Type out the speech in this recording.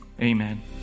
Amen